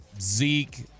Zeke